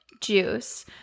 juice